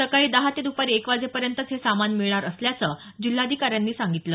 सकाळी दहा ते दुपारी एक वाजेपर्यंतच हे सामान मिळणार असल्याचं जिल्हाधिकाऱ्यांनी सांगितलं